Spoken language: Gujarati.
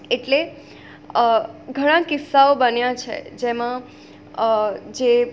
એટલે ઘણા કિસ્સાઓ બન્યા છે જેમાં જે